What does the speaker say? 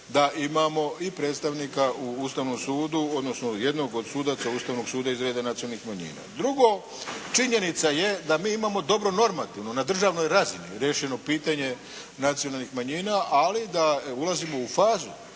da imamo i predstavnika u Ustavnom sudu, odnosno jednog od sudaca Ustavnog suda iz reda nacionalnih manjina. Drugo, činjenica je da mi imamo dobro normativno na državnoj razini riješeno pitanje nacionalnih manjina, ali da ulazimo u fazu